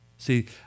See